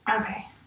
Okay